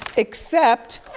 except,